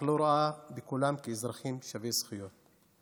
ולא רואה בכולם אזרחים שווי זכויות,